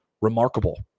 remarkable